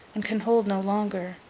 and can hold no longer.